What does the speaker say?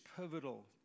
pivotal